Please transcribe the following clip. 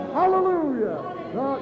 hallelujah